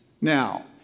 Now